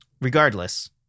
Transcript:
Regardless